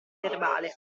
verbale